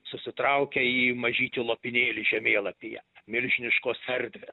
susitraukia į mažytį lopinėlį žemėlapyje milžiniškos erdvės